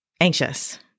anxious